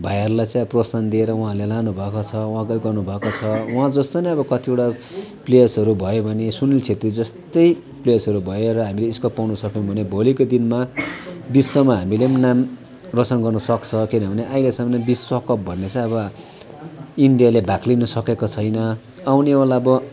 भाइहरूलाई चाहिँ प्रोत्साहन दिएर उहाँले लानुभएको छ उहाँले गर्नुभएको छ उहाँ जस्तो नै अब कतिवटा प्लेयर्सहरू भए भने सुनील क्षेत्री जस्तै प्लेयर्सहरू भएर हामीले स्कोप पाउन सक्यौँ भने भोलिको दिनमा विश्वमा हामीले पनि नाम रोसन गर्नसक्छ किनभने अहिलेसम्म विश्वकप भन्ने चाहिँ अब इन्डियाले भाग लिनसकेको छैन आउनेवाला अब